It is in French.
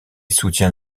soutient